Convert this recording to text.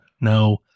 no